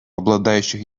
обладающих